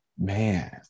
man